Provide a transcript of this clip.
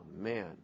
man